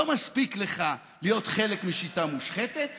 לא מספיק לך להיות חלק משיטה מושחתת,